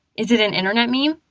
is it an internet meme?